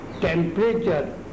temperature